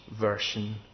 version